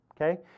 okay